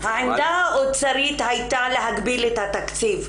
---- העמדה האוצרית הייתה להגביל את התקציב,